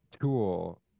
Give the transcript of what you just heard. tool